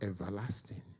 everlasting